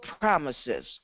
promises